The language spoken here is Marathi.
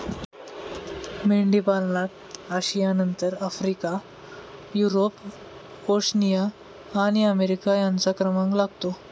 मेंढीपालनात आशियानंतर आफ्रिका, युरोप, ओशनिया आणि अमेरिका यांचा क्रमांक लागतो